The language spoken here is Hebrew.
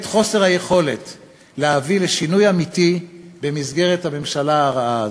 את חוסר היכולת להביא לשינוי אמיתי במסגרת הממשלה הרעה הזאת.